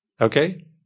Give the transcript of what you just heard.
okay